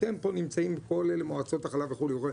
אתם פה נמצאים פה למועצות החלב וכו' וכו',